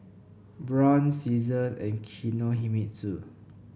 Braun Season and Kinohimitsu